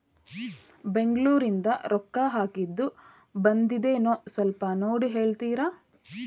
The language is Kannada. ಬೆಂಗ್ಳೂರಿಂದ ರೊಕ್ಕ ಹಾಕ್ಕಿದ್ದು ಬಂದದೇನೊ ಸ್ವಲ್ಪ ನೋಡಿ ಹೇಳ್ತೇರ?